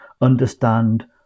understand